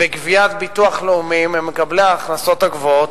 בגביית ביטוח לאומי ממקבלי ההכנסות הגבוהות,